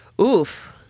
Oof